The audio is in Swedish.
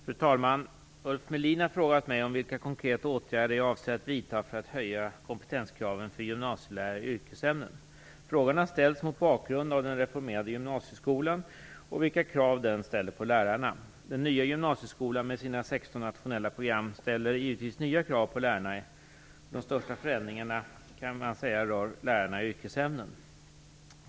Fru talman! Ulf Melin har frågat mig om vilka konkreta åtgärder jag avser att vidta för att höja kompetenskraven för gymnasielärare i yrkesämnen. Frågan har ställts mot bakgrund av den reformerade gymnasieskolan och vilka krav den ställer på lärarna. Den nya gymnasieskolan med sina 16 nationella program ställer givetvis nya krav på lärarna. De största förändringarna kan man säga rör lärarna i yrkesämnen.